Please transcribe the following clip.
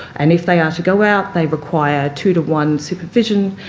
and if they are to go out, they require two to one supervision.